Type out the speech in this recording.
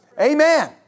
Amen